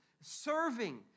serving